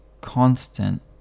constant